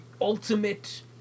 ultimate